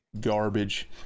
garbage